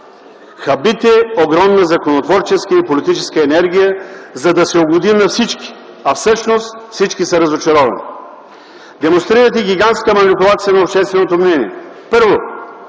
хабите огромна законотворческа и политическа енергия, за да се угоди на всички, а всъщност всички са разочаровани. Демонстрирате гигантска манипулация на общественото мнение. Първо,